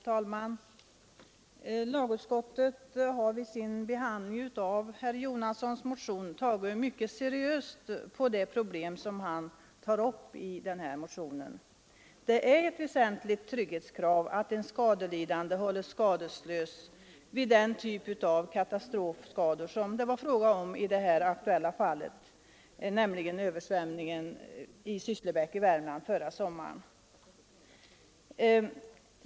Herr talman! Lagutskottet har vid sin behandling av herr Jonassons motion tagit mycket seriöst på det problem som han tar upp. Det är ett väsentligt trygghetskrav att en skadelidande hålls skadeslös vid den typ av katastrofskador som det var fråga om i det här aktuella fallet, nämligen översvämningen i Sysslebäck i Värmland förra sommaren.